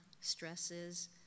stresses